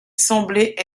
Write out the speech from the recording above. semblait